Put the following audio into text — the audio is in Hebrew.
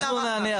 אנחנו נענה.